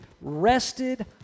rested